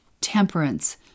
temperance